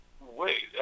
wait